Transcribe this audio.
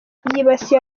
yibasiye